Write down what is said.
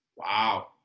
Wow